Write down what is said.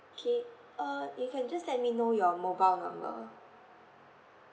K uh you can just let me know your mobile number